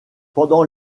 pendant